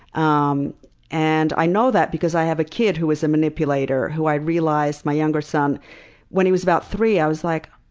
um and i know that because i have a kid who is a manipulator, who i realized my younger son when he was about three, i was like,